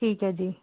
ਠੀਕ ਹੈ ਜੀ